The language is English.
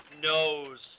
knows